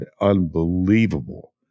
unbelievable